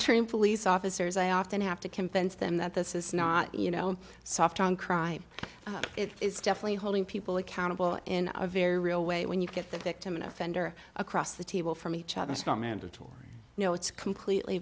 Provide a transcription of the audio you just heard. trained police officers i often have to convince them that this is not you know soft on crime it is definitely holding people accountable in a very real way when you get the victim an offender across the table from each other it's not mandatory no it's completely